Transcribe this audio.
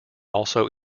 also